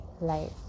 life